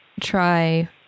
try